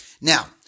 Now